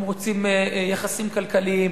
הם רוצים יחסים כלכליים,